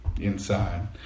inside